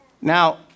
Now